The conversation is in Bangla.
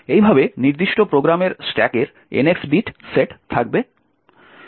এইভাবে নির্দিষ্ট প্রোগ্রামের স্ট্যাকের NX বিট সেট থাকবে